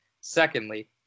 Secondly